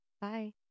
Bye